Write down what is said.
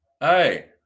Hey